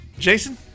Jason